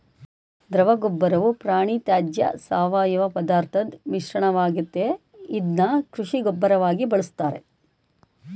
ದ್ರವಗೊಬ್ಬರವು ಪ್ರಾಣಿತ್ಯಾಜ್ಯ ಸಾವಯವಪದಾರ್ಥದ್ ಮಿಶ್ರಣವಾಗಯ್ತೆ ಇದ್ನ ಕೃಷಿ ಗೊಬ್ಬರವಾಗಿ ಬಳುಸ್ತಾರೆ